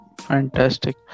fantastic